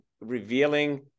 revealing